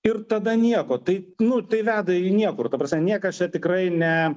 ir tada nieko tai nu tai veda į niekur ta prasme niekas čia tikrai ne